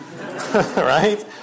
Right